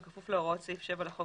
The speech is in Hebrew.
בכפוף להוראות סעיף לחוק,